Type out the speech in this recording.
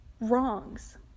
wrongs